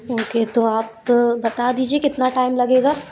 okay तो आप बता दीजिए कितना टाइम लगेगा